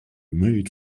made